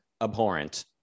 abhorrent